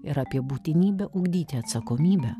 ir apie būtinybę ugdyti atsakomybę